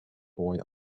boy